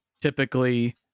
typically